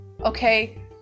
Okay